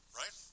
right